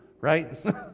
right